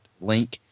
link